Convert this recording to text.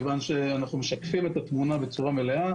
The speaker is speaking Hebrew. מכיוון שאנחנו משקפים את התמונה בצורה מלאה